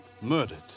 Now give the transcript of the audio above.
Murdered